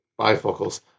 bifocals